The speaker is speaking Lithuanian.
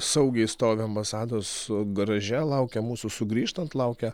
saugiai stovi ambasados garaže laukia mūsų sugrįžtant laukia